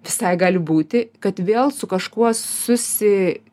visai gali būti kad vėl su kažkuo susi